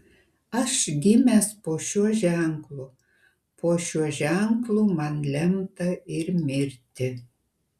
aš gimęs po šiuo ženklu po šiuo ženklu man lemta ir mirti